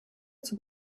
zur